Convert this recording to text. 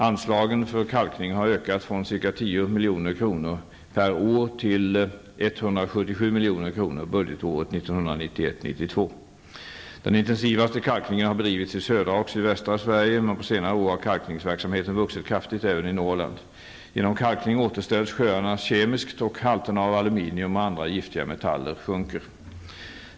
Anslagen för kalkning har ökat från ca 10 milj.kr. per år till Den intensivaste kalkningen har bedrivits i södra och sydvästra Sverige, men på senare år har kalkningsverksamheten vuxit kraftigt även i Norrland. Genom kalkning återställs sjöarna kemiskt och halterna av aluminium och andra giftiga metaller sjunker.